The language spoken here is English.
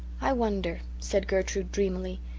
i wonder, said gertrude dreamily,